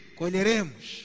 colheremos